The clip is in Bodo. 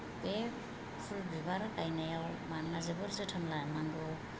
बे फुल बिबार गायनायाव मानोना जोबोर जोथोन लानांगौ